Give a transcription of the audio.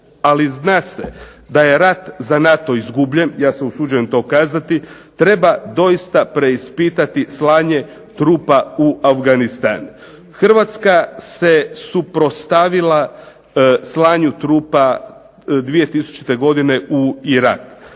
ali zna se da je rat za NATO izgubljen, ja se usuđujem to kazati, treba doista preispitati slanje trupa u Afganistan. Hrvatska se suprotstavila slanju trupa 2000. godine u Irak.